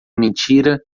mentira